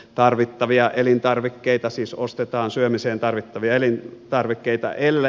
tarvittavia elintarvikkeita siis ostetaan syömiseen tarvittavia elintarvikkeita